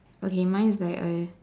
okay mine is like A